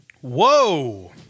Whoa